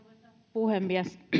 puhemies